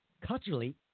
culturally